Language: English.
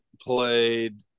played